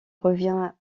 revient